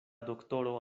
doktoro